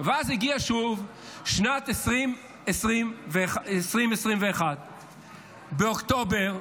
ואז הגיעה שוב שנת 2021. באוקטובר,